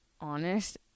honest